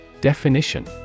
Definition